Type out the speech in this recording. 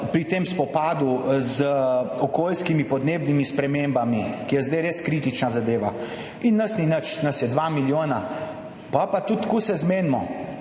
o tem spopadu z okoljskimi podnebnimi spremembami, ki so zdaj res kritična zadeva. In nas ni nič, nas je dva milijona. Potem pa se tudi tako zmenimo,